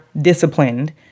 disciplined